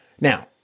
Now